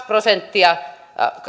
prosenttia